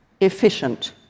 efficient